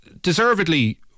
deservedly